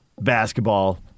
Basketball